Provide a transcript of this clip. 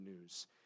news